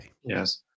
Yes